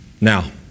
Now